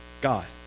God